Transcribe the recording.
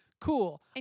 Cool